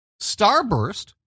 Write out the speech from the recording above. Starburst